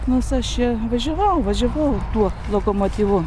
nors aš čia važiavau važiavau tuo lokomotyvu